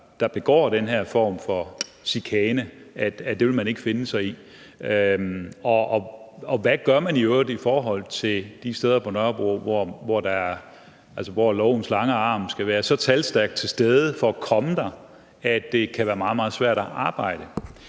der begår den her form for chikane, at det vil man ikke finde sig i. Hvad gør man i øvrigt i forhold til de steder på Nørrebro, hvor lovens lange arm skal være så talstærkt til stede for at komme der, at det kan være meget, meget svært at arbejde?